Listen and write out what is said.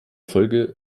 folge